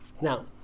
Now